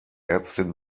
ärztin